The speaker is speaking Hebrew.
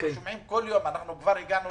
אנחנו שומעים בכל יום על תאונות, וכבר הגענו